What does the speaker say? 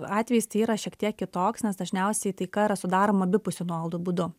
atvejis tai yra šiek tiek kitoks nes dažniausiai taika yra sudaroma abipusių nuolaidų būdu